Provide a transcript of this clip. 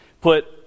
put